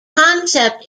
concept